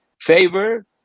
favor